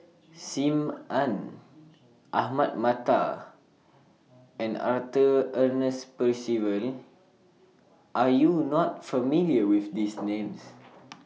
SIM Ann Ahmad Mattar and Arthur Ernest Percival Are YOU not familiar with These Names